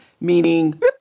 meaning